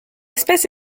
espèce